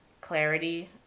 clarity